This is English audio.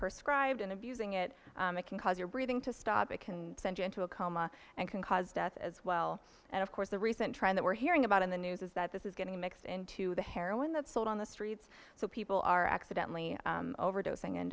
per scribed and abusing it can cause your breathing to stop it can send you into a coma and can cause death as well and of course the recent trend that we're hearing about in the news is that this is getting mixed into the heroin that's sold on the streets so people are accidentally overdosing and